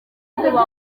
kuba